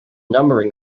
numbering